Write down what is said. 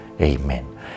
Amen